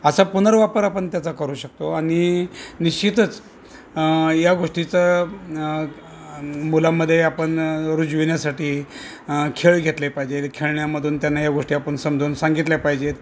असा पुनर्वापर आपण त्याचा करू शकतो आणि निश्चितच या गोष्टीचं मुलांमध्ये आपण रुजविण्यासाठी खेळ घेतले पाहिजेत खेळण्यामधून त्यांना या गोष्टी आपण समजवून सांगितल्या पाहिजेत